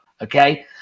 Okay